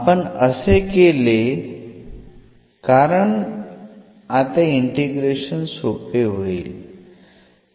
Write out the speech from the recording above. आपण असे केले कारण आता इंटिग्रेशन सोपे होईल